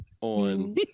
on